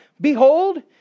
behold